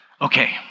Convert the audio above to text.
okay